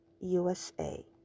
usa